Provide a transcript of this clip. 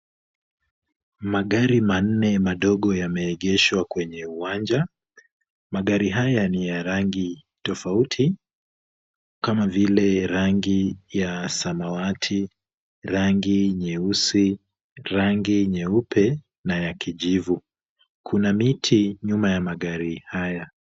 Magari manne madogo yameegeshwa kwenye uwanja. Magari haya ni ya rangi tofauti kama vile rangi ya samawati, rangi nyeusi, rangi nyeupe na ya kijivu. Kuna miti nyuma ya magari haya.